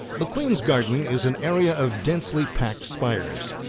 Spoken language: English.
the queen's garden is an area of densely packed spires.